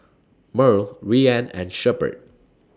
Murl Rian and Shepherd